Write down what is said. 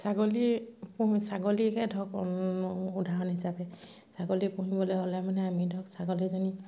ছাগলী পুহোঁ ছাগলীকে ধৰক উদাহৰণ হিচাপে ছাগলী পুহিবলৈ হ'লে মানে আমি ধৰক ছাগলীজনী